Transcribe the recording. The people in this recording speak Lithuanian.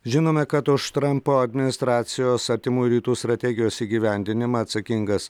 žinome kad už trampo administracijos artimųjų rytų strategijos įgyvendinimą atsakingas